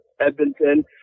Edmonton